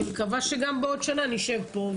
אני מקווה שגם בעוד שנה נשב פה,